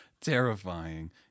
terrifying